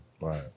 Right